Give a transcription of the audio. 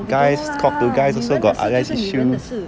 guys talk to guys also got other issues